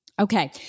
Okay